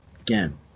again